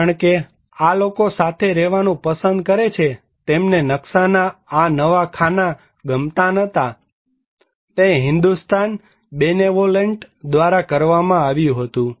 કારણકે આ લોકો સાથે રહેવાનું પસંદ કરે છે તેમને નકશાના આ નવા ખાના ગમતા નહોતાતે હિન્દુસ્તાન બેનેવોલેન્ટ દ્વારા કરવામાં આવ્યું હતું